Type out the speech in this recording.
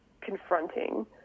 confronting